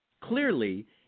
Clearly